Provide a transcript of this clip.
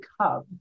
hub